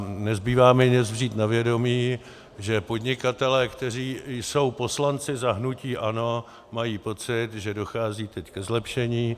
Nezbývá mi než vzít na vědomí, že podnikatelé, kteří jsou poslanci za hnutí ANO, mají pocit, že dochází teď ke zlepšení.